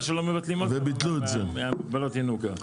חבל שלא מבטלים אותה מהגנות הינוקא.